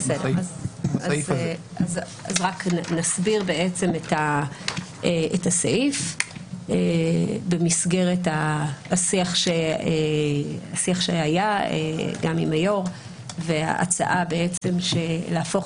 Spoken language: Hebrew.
רק נסביר את הסעיף במסגרת השיח שהיה עם היו"ר וההצעה להפוך